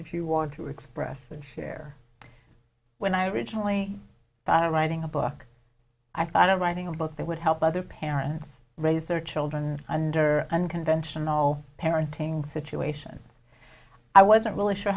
if you want to express and share when i originally by writing a book i don't writing a book that would help other parents raise their children under unconventional parenting situation i wasn't really sure